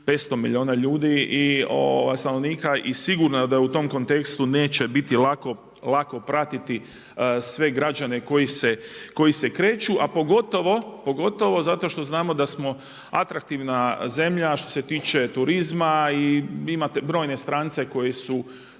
500 milijuna stanovnika i sigurno da u tom kontekstu neće biti lako pratiti sve građane koji se kreću, a pogotovo zato što znamo da smo atraktivna zemlja, što se tiče turizma i imate brojne strance na